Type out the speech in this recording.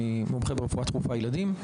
מומחה ברפואה דחופה ילדים.